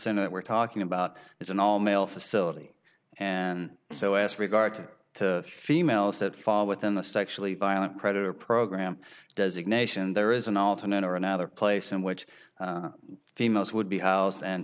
senate we're talking about is an all male facility and so as regards to females that fall within the sexually violent predator program designation there is an alternate or another place in which females would be housed and